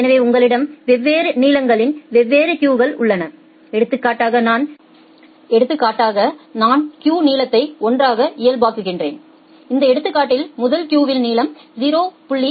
எனவே உங்களிடம் வெவ்வேறு நீளங்களின் வெவ்வேறு கியூகள் உள்ளன எடுத்துக்காட்டாக நான் கியூ நீளத்தை 1 ஆக இயல்பாக்குகிறேன் இந்த எடுத்துக்காட்டில் முதல் கியூவின் நீளம் 0